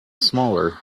smaller